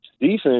defense